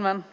Herr talman!